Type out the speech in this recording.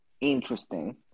Interesting